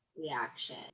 reaction